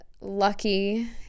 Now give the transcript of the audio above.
lucky